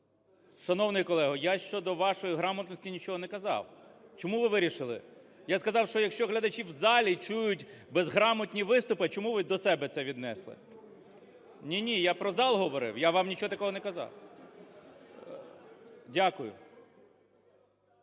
Шановний колего, я щодо вашої грамотності нічого не казав. Чому ви вирішили? Я сказав, що якщо глядачі в залі чують безграмотні виступи. Чому ви до себе це віднесли? Ні-ні, я про зал говорив, я вам нічого такого не казав. Дякую.